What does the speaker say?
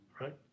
right